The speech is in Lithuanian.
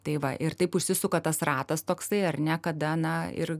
tai va ir taip užsisuka tas ratas toksai ar ne kada na ir